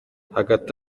hagati